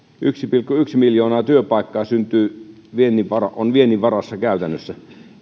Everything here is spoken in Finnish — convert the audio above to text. pilkku yksi miljoonaa työpaikkaa on viennin varassa käytännössä